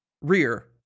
rear